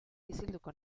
isilduko